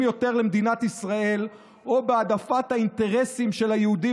יותר למדינת ישראל או בהעדפת האינטרסים של היהודים